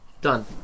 Done